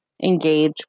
engage